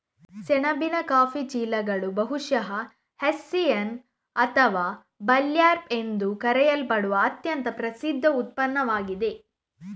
ಸೆಣಬಿನ ಕಾಫಿ ಚೀಲಗಳು ಬಹುಶಃ ಹೆಸ್ಸಿಯನ್ ಅಥವಾ ಬರ್ಲ್ಯಾಪ್ ಎಂದು ಕರೆಯಲ್ಪಡುವ ಅತ್ಯಂತ ಪ್ರಸಿದ್ಧ ಉತ್ಪನ್ನವಾಗಿದೆ